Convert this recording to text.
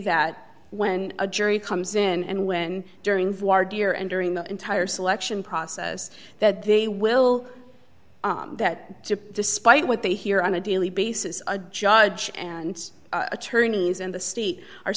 that when a jury comes in and when during voir dire and during the entire selection process that they will that despite what they hear on a daily basis a judge and attorneys in the state are